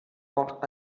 auch